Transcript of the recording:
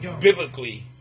biblically